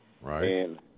right